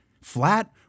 flat